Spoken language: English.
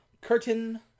Curtain